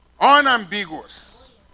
unambiguous